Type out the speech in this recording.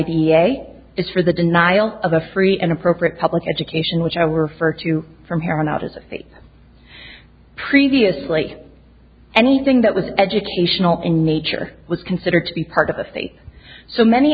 is for the denial of a free and appropriate public education which i were for to from here on out as a fait previously anything that was educational in nature was considered to be part of the state so many